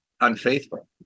unfaithful